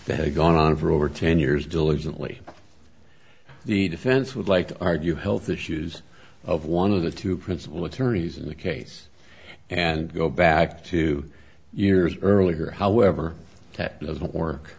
that gone on for over ten years diligently the defense would like to argue health issues of one of the two principal attorneys in the case and go back two years earlier however that doesn't work